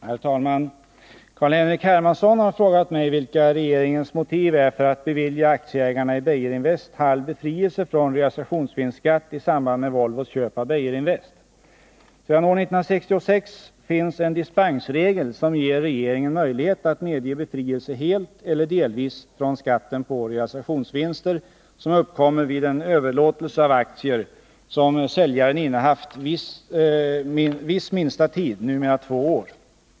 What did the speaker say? Herr talman! Carl-Henrik Hermansson har frågat mig vilka regeringens motiv är för att bevilja aktieägarna i Beijerinvest halv befrielse från realisationsvinstskatt i samband med Volvos köp av Beijerinvest. Sedan år 1966 finns en dispensregel som ger regeringen möjlighet att medge befrielse helt eller delvis från skatten på realisationsvinster som uppkommer vid en överlåtelse av aktier som säljaren innehaft viss minsta tid, numera två år.